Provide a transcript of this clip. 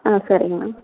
ம் சரிங்க மேம்